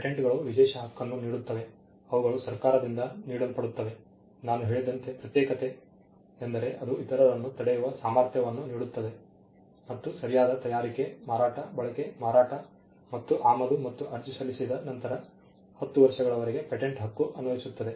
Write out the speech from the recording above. ಪೇಟೆಂಟ್ಗಳು ವಿಶೇಷ ಹಕ್ಕನ್ನು ನೀಡುತ್ತವೆ ಅವುಗಳು ಸರ್ಕಾರದಿಂದ ನೀಡಲ್ಪಡುತ್ತವೆ ನಾನು ಹೇಳಿದಂತೆ ಪ್ರತ್ಯೇಕತೆ ಎಂದರೆ ಅದು ಇತರರನ್ನು ತಡೆಯುವ ಸಾಮರ್ಥ್ಯವನ್ನು ನೀಡುತ್ತದೆ ಮತ್ತು ಸರಿಯಾದ ತಯಾರಿಕೆ ಮಾರಾಟ ಬಳಕೆ ಮಾರಾಟ ಮತ್ತು ಆಮದು ಮತ್ತು ಅರ್ಜಿ ಸಲ್ಲಿಸಿದ ನಂತರ ಹತ್ತು ವರ್ಷಗಳವರೆಗೆ ಪೇಟೆಂಟ್ ಹಕ್ಕು ಅನ್ವಯಿಸುತ್ತದೆ